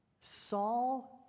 Saul